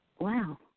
Wow